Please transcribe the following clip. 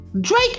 Drake